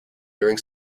during